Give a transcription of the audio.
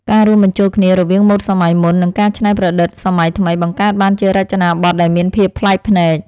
ការរួមបញ្ចូលគ្នារវាងម៉ូដសម័យមុន និងការច្នៃប្រឌិតសម័យថ្មីបង្កើតបានជារចនាប័ទ្មដែលមានភាពប្លែកភ្នែក។